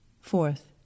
Fourth